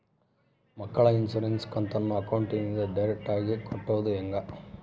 ಮಕ್ಕಳ ಇನ್ಸುರೆನ್ಸ್ ಕಂತನ್ನ ಅಕೌಂಟಿಂದ ಡೈರೆಕ್ಟಾಗಿ ಕಟ್ಟೋದು ಹೆಂಗ?